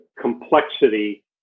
complexity